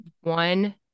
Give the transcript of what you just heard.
one